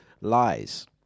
lies